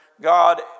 God